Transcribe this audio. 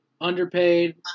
underpaid